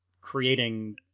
creating